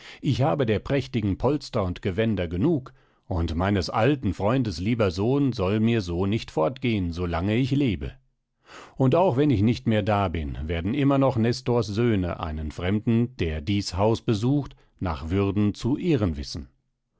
ich habe der prächtigen polster und gewänder genug und meines alten freundes lieber sohn soll mir so nicht fortgehen so lange ich lebe und auch wenn ich nicht mehr da bin werden noch immer nestors söhne einen fremden der dies haus besucht nach würden zu ehren wissen